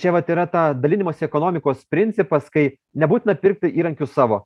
čia vat yra ta dalinimosi ekonomikos principas kai nebūtina pirkti įrankių savo